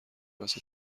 واسه